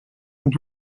and